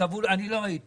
אני לא הייתי.